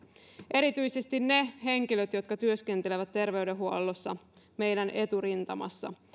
erityisesti ne henkilöt jotka työskentelevät terveydenhuollossa meidän eturintamassa